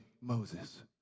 Moses